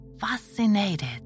fascinated